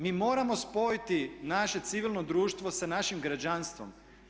Mi moramo spojiti naše civilno društvo sa našim građanstvom.